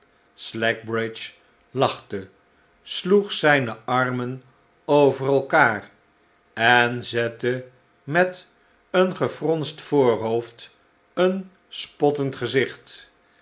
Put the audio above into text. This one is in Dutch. slackbridge lachte sloeg zijne armen over elkaar en zette met een gefronst voorhoofd een spottend gezicht